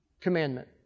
commandment